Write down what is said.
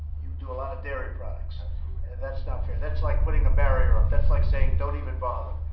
you do a lot of dairy products, and that's not fair. that's like putting a barrier up. that's like saying, don't even bother.